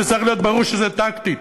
וצריך להיות ברור שזה טקטית.